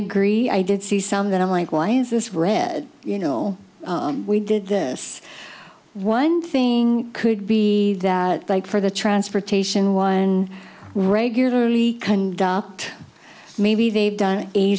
agree i did see some that i'm like why is this rare you know we did this one thing could be like for the transportation one regularly conduct maybe they've done a